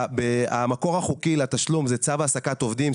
המקור החוקי לתשלום הוא צו העסקת עובדים,